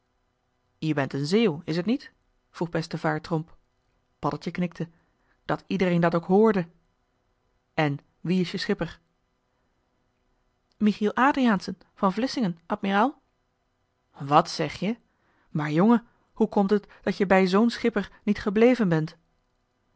je bent een zeeuw is t niet vroeg bestevaer tromp joh h been paddeltje de scheepsjongen van michiel de ruijter paddeltje knikte dat iedereen dat ook hoorde en wie is je schipper michiel adriaensen van vlissingen admiraal wat zeg je maar jongen hoe komt het dat je bij zoo'n schipper niet gebleven bent